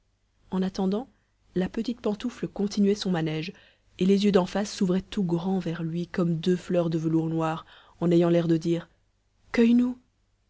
en attendant la petite pantoufle continuait son manège et les yeux d'en face s'ouvraient tout grands vers lui comme deux fleurs de velours noir en ayant l'air de dire